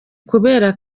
kubera